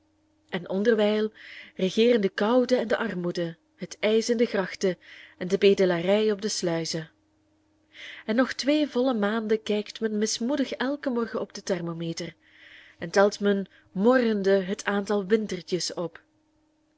en onderwijl regeeren de koude en de armoede het ijs in de grachten en de bedelarij op de sluizen en nog twee volle maanden kijkt men mismoedig elken morgen op den thermometer en telt men morrende het aantal wintertjes op